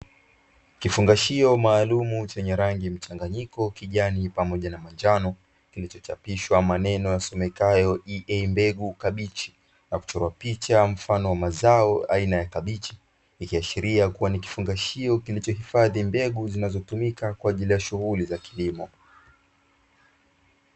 Kifungashio maalumu chenye rangi mchanganyiko kijani pamoja na manjano, kilichochapishwa mneno yasomekayo ( IM mbegu) na kuchorwa picha mfano wa mazao aina ya kabichi, ikiashiria kwamba ni kifungashio kilichohifadhi mbegu zinazotumika kwaajili ya shughuli za kilimo.